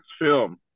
film